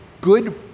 good